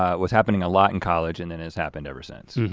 ah was happening a lot in college and then has happened ever since.